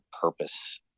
purpose